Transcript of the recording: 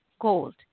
gold